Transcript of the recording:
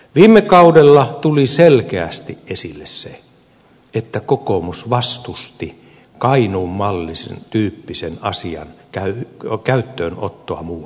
viime kaudella tuli selkeästi esille se että kokoomus vastusti kainuun malli tyyppisen asian käyttöönottoa muualla maassa